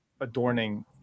adorning